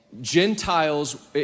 Gentiles